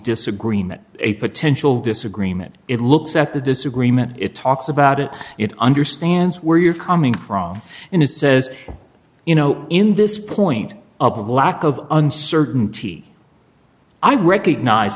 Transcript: disagreement a potential disagreement it looks at the disagreement it talks about it it understands where you're coming from and it says you know in this point of lack of uncertainty i recognize